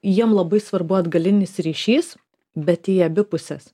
jiem labai svarbu atgalinis ryšys bet į abi puses